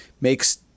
makes